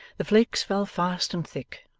the flakes fell fast and thick,